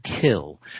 kill